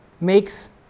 makes